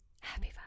happy